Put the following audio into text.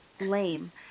lame